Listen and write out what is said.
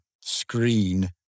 screen